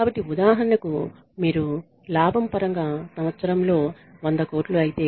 కాబట్టి ఉదాహరణకు మీరు లాభం పరంగా సంవత్సరంలో 100 కోట్లు ఐతే